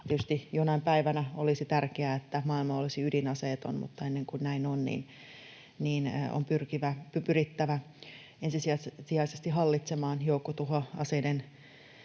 Tietysti jonain päivänä olisi tärkeää, että maailma olisi ydinaseeton, mutta ennen kuin näin on, on pyrittävä ensisijaisesti hallitsemaan joukkotuhoaseiden